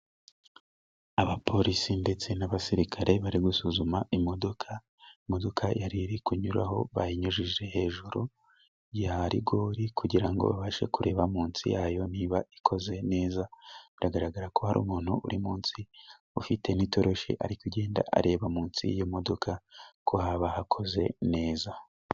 Abapolisi ndetse n'abasirikare bari gusuzuma imodoka, imodoka yari iri kunyuraho bayinyujije hejuru ya rigori kugirango babashe kureba munsi yayo niba ikoze neza, biragaragara ko hari umuntu uri munsi ufiten'itoroshi ari kugenda areba munsi y'iyo modoka ko haba hakoze neza.